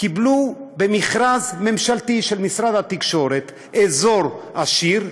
קיבלה במכרז ממשלתי של משרד התקשורת אזור עשיר,